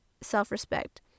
self-respect